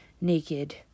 naked